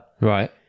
Right